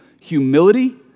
Humility